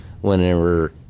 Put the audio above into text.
whenever